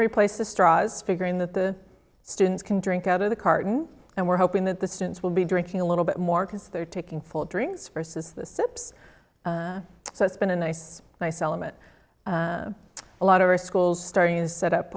replace the straws figuring that the students can drink out of the carton and we're hoping that the students will be drinking a little bit more because they're taking full drinks versus the sips so it's been a nice nice element a lot of are schools starting this set up